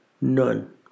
None